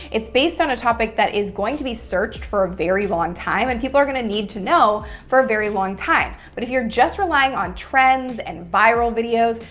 it's based on a topic that is going to be searched for a very long time and people are going to need to know for a very long time. but if you're just relying on trends and viral videos,